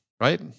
Right